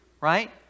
right